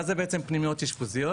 מה זה בעצם פנימיות אשפוזיות?